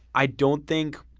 i don't think